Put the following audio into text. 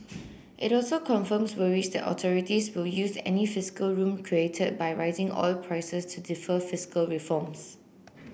it also confirms worries that authorities will use any fiscal room created by rising oil prices to defer fiscal reforms